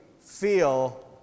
feel